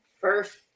first